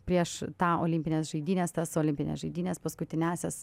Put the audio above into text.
prieš tą olimpines žaidynes tas olimpines žaidynes paskutiniąsias